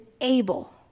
able